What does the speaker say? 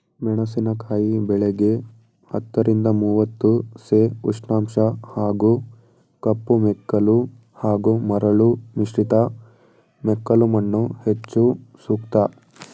ಮೆಣಸಿನಕಾಯಿ ಬೆಳೆಗೆ ಹತ್ತರಿಂದ ಮೂವತ್ತು ಸೆ ಉಷ್ಣಾಂಶ ಹಾಗೂ ಕಪ್ಪುಮೆಕ್ಕಲು ಹಾಗೂ ಮರಳು ಮಿಶ್ರಿತ ಮೆಕ್ಕಲುಮಣ್ಣು ಹೆಚ್ಚು ಸೂಕ್ತ